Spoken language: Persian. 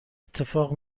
اتفاق